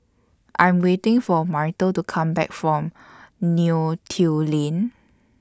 I Am waiting For Myrtle to Come Back from Neo Tiew Lane